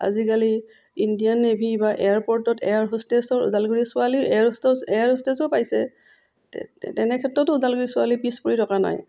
আজিকালি Indian navy বা এয়াৰপৰ্টত এয়াৰ হোষ্টেছৰ ওদালগুৰিৰ ছোৱালীও এয়াৰ হোষ্টেছ এয়াৰ হোষ্টেছো পাইছে তেনেক্ষেত্ৰতো ওদালগুৰিৰ ছোৱালী পিছপৰি থকা নাই